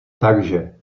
takže